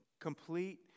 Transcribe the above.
complete